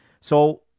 So-